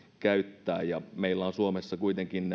käyttää meillä on suomessa kuitenkin